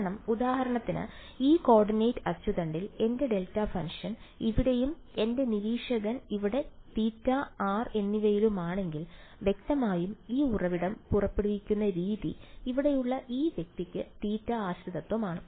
കാരണം ഉദാഹരണത്തിന് ഈ കോർഡിനേറ്റ് അച്ചുതണ്ടിൽ എന്റെ ഡെൽറ്റ ഫംഗ്ഷൻ ഇവിടെയും എന്റെ നിരീക്ഷകൻ ഇവിടെ θ r എന്നിവയിലുമാണെങ്കിൽ വ്യക്തമായും ഈ ഉറവിടം പുറപ്പെടുവിക്കുന്ന രീതി ഇവിടെയുള്ള ഈ വ്യക്തിക്ക് തീറ്റ ആശ്രിതത്വമാണ്